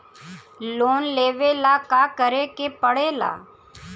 Loan लेबे ला का करे के पड़े ला?